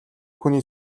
хүний